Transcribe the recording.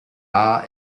are